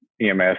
EMS